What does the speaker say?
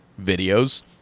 videos